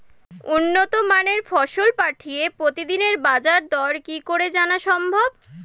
উন্নত মানের ফসল পাঠিয়ে প্রতিদিনের বাজার দর কি করে জানা সম্ভব?